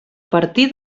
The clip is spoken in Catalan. partir